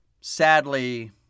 Sadly